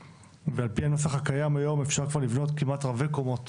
ועל פי הנוסח הקיים היום אפשר כבר לבנות כמעט רבי קומות.